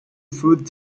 food